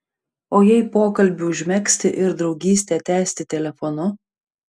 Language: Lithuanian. o jei pokalbį užmegzti ir draugystę tęsti telefonu